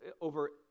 over